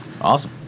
awesome